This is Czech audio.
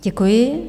Děkuji.